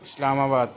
اسلام آباد